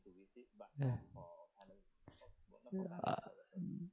ya uh